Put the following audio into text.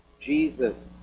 Jesus